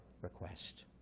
request